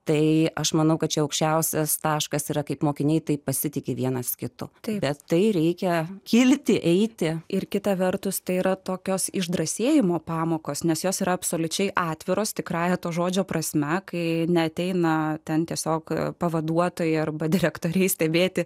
tai aš manau kad čia aukščiausias taškas yra kaip mokiniai taip pasitiki vienas kitu tai yra tai reikia kilti eiti ir kita vertus tai yra tokios išdrąsėjimu pamokos nes jos yra absoliučiai atviros tikrąja to žodžio prasme kai neateina ten tiesiog pavaduotojai arba direktoriai stebėti